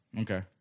Okay